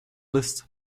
list